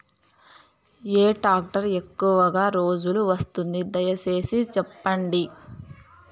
ఏ tractor ఎక్కువగా రోజులు వస్తుంది, దయసేసి చెప్పండి?